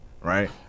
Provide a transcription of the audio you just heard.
right